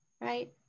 Right